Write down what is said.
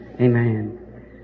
Amen